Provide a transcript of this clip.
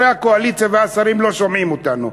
חברי הקואליציה והשרים לא שומעים אותנו,